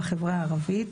בחברה הערבית,